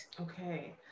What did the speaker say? Okay